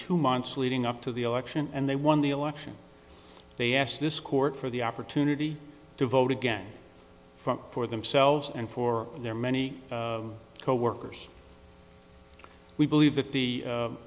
two months leading up to the election and they won the election they asked this court for the opportunity to vote again front for themselves and for their many coworkers we believe that the